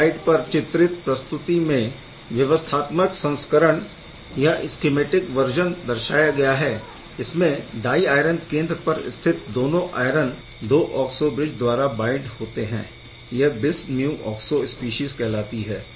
इस स्लाइड पर चित्रित प्रस्तुति में व्यवस्थात्मक संस्करण दर्शाया गया है जिसमें डाइ आयरन केंद्र पर स्थित दोनों आयरन 2 ऑक्सो ब्रिज द्वारा बाइंड होते है यह बिस म्यू ऑक्सो स्पीशीज़ कहलाती है